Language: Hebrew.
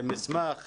מסמך